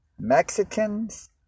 Mexicans